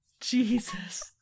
Jesus